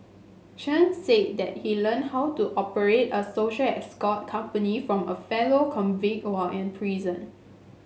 Chen said that he learned how to operate a social escort company from a fellow convict while in prison